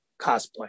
cosplay